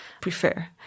prefer